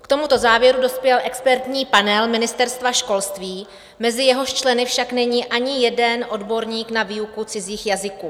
K tomuto závěru dospěl expertní panel Ministerstva školství, mezi jehož členy však není ani jeden odborník na výuku cizích jazyků.